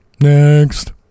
next